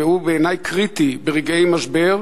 והוא בעיני קריטי ברגעי משבר,